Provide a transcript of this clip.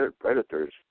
predators